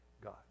God